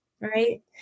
right